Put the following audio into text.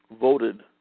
voted